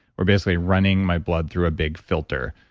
we're basically running my blood through a big filter,